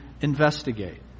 investigate